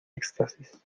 éxtasis